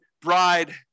bride